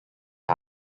审查